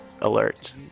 alert